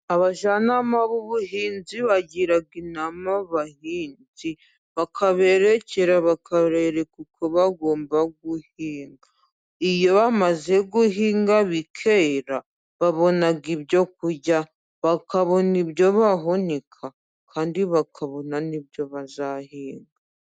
Abajyanama b'ubuhinzi bagira inama abahinzi, bakaberekera bakabereka uko bagomba guhinga. Iyo bamaze guhinga bikera, babona ibyo kurya, bakabona ibyo bahunika, kandi bakabona n'ibyo bazahinga.